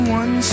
one